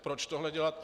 Proč tohle dělat?